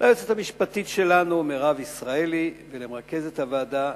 ליועצת המשפטית שלנו מירב ישראלי ולמרכזת הוועדה